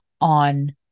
on